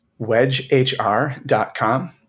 Wedgehr.com